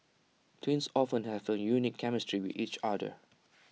twins often have A unique chemistry with each other